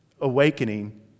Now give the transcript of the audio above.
awakening